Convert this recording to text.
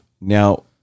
Now